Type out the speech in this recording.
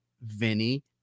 Vinny